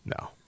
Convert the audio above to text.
No